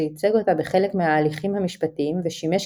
שייצג אותה בחלק מההליכים המשפטיים ושימש